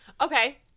Okay